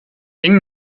eng